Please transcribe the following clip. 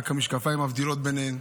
רק המשקפיים מבדילים ביניהן,